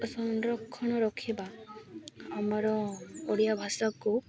ସଂରକ୍ଷଣ ରଖିବା ଆମର ଓଡ଼ିଆ ଭାଷାକୁ